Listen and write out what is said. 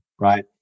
right